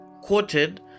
quoted